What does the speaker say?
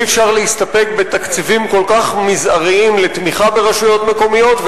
אי-אפשר להסתפק בתקציבים כל כך מזעריים לתמיכה ברשויות מקומיות,